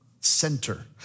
Center